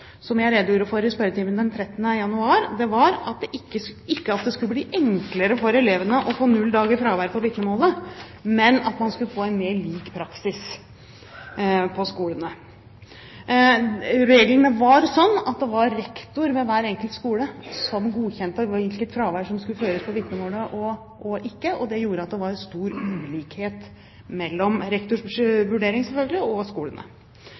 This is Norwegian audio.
som jeg redegjorde for i spørretimen den 13. januar, var ikke at det skulle bli enklere for elevene å få null dager fravær på vitnemålet, men at man skulle få en mer lik praksis på skolene. Reglene var sånn at det var rektor ved hver enkelt skole som godkjente hvilket fravær som skulle føres på vitnemålet og ikke, og det gjorde at det selvfølgelig var stor ulikhet mellom rektors vurdering og skolene.